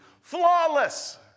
flawless